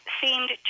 seemed